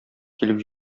килеп